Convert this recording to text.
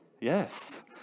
Yes